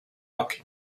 rocky